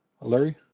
Larry